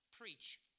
preach